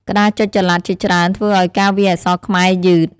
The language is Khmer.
ក្តារចុចចល័តជាច្រើនធ្វើឱ្យការវាយអក្សរខ្មែរយឺត។